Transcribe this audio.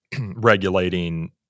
regulating